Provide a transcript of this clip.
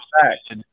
fact